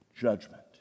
judgment